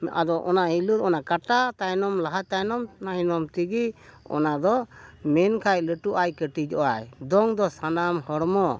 ᱟᱫᱚ ᱚᱱᱟ ᱦᱤᱞᱟᱹᱣ ᱚᱱᱟ ᱠᱟᱴᱟ ᱛᱟᱭᱱᱚᱢ ᱞᱟᱦᱟ ᱛᱟᱭᱱᱚᱢ ᱛᱟᱭᱱᱚᱢ ᱛᱮᱜᱮ ᱚᱱᱟ ᱫᱚ ᱢᱮᱱᱠᱷᱟᱱ ᱞᱟᱹᱴᱩᱜ ᱟᱭ ᱠᱟᱹᱴᱤᱡᱚᱜ ᱟᱭ ᱫᱚᱝ ᱫᱚ ᱥᱟᱱᱟᱢ ᱦᱚᱲᱢᱚ